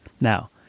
Now